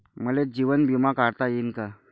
मले जीवन बिमा काढता येईन का?